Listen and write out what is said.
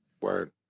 Word